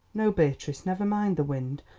no, beatrice, never mind the wind.